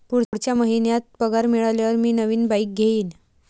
पुढच्या महिन्यात पगार मिळाल्यावर मी नवीन बाईक घेईन